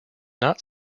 not